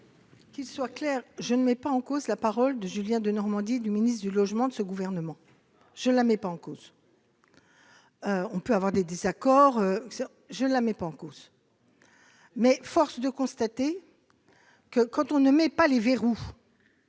Qu'il soit clair, je ne mets pas en cause la parole de Julien Denormandie du ministre du Logement de ce gouvernement, je la mets pas en cause, on peut avoir des désaccords, je ne la met pas en cause mais force de constater que, quand on ne met pas les verrous.